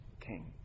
King